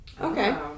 Okay